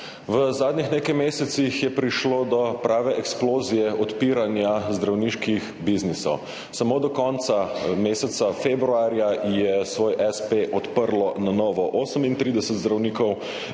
V zadnjih nekaj mesecih je prišlo do prave eksplozije odpiranja zdravniških biznisov. Samo do konca meseca februarja je svoj espe na novo odprlo 38 zdravnikov,